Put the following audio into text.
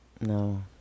no